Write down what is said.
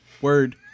Word